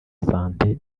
santé